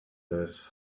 his